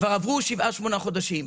כבר עברו שבעה-שמונה חודשים.